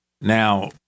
Now